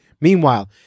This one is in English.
Meanwhile